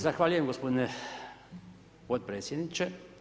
Zahvaljujem g. potpredsjedniče.